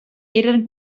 eren